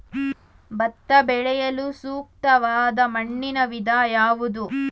ಭತ್ತ ಬೆಳೆಯಲು ಸೂಕ್ತವಾದ ಮಣ್ಣಿನ ವಿಧ ಯಾವುದು?